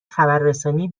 خبررسانی